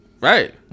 Right